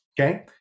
okay